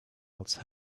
else